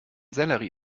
sellerie